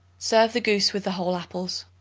serve the goose with the whole apples.